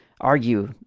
argue